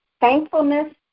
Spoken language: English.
Thankfulness